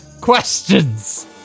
questions